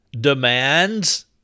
demands